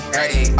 ready